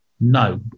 no